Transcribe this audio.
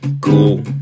cool